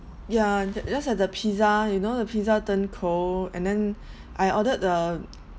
ya and just like the pizza you know the pizza turned cold and then I ordered the